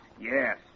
Yes